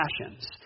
passions